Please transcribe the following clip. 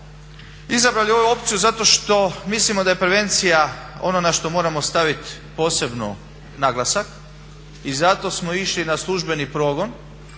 izabrali ovu opciju zato što mislimo da je prevencija ono na što moramo staviti posebno naglasak i zato smo išli na službeni progon.